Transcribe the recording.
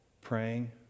Praying